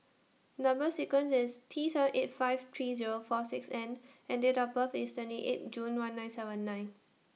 Number sequence IS T seven eight five three Zero four six N and Date of birth IS twenty eight June one nine seven nine